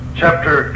chapter